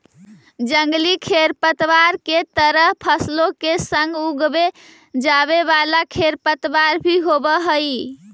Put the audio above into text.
जंगली खेरपतवार के तरह फसलों के संग उगवे जावे वाला खेरपतवार भी होवे हई